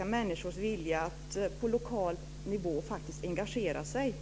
Man inskränker i stället den lokala demokratins möjligheter att fatta egna beslut.